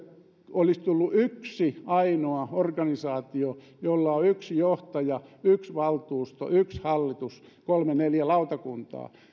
olisi tullut yksi ainoa organisaatio jolla on yksi johtaja yksi valtuusto yksi hallitus ja kolme neljä lautakuntaa